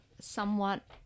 somewhat